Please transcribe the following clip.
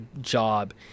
job